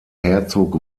herzog